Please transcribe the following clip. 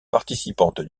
participantes